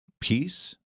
peace